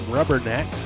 Rubberneck